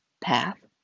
path